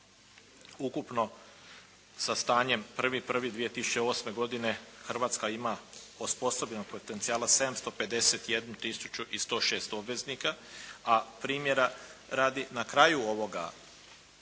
ukupno sa stanjem 1.1.2008. godine Hrvatska ima osposobljenog potencijala 751 tisuću i 106 obveznika. A primjera radi, na kraju ovoga